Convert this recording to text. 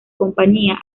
compañía